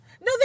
No